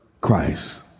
christ